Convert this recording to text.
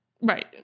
right